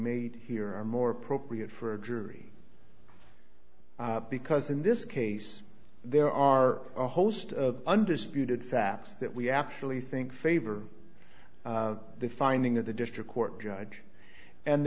made here are more appropriate for a jury because in this case there are a host of undisputed facts that we actually think favor the finding of the district court judge and